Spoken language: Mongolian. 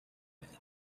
байна